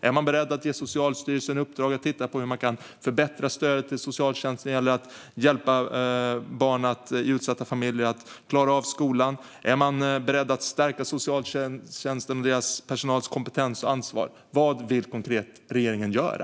Är man beredd att ge Socialstyrelsen i uppdrag att titta på hur stödet till socialtjänsten kan förbättras när det gäller att hjälpa barn i utsatta familjer att klara av skolan? Är man beredd att stärka socialtjänsten och personalens kompetens och ansvar? Vad konkret vill regeringen göra?